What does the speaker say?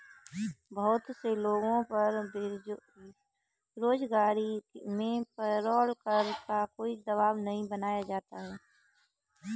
बहुत से लोगों पर बेरोजगारी में पेरोल कर का कोई दवाब नहीं बनाया जाता है